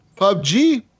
PUBG